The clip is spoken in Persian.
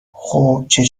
خوبچه